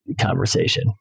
conversation